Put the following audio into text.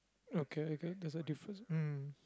okay okay there's a difference mm